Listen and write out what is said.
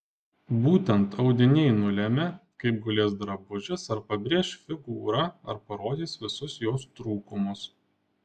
būtent audiniai nulemia kaip gulės drabužis ar pabrėš figūrą ar parodys visus jos trūkumus